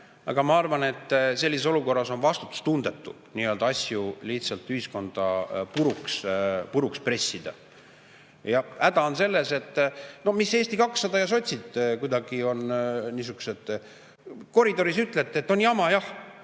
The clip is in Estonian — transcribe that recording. aga ma arvan, et sellises olukorras on vastutustundetu lihtsalt ühiskonda puruks pressida. Häda on selles, et Eesti 200 ja sotsid kuidagi on niisugused, koridoris ütlete, et on jama jah.